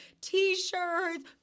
t-shirts